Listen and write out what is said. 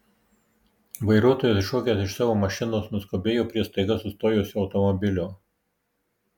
vairuotojas iššokęs iš savo mašinos nuskubėjo prie staiga sustojusio automobilio